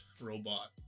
robot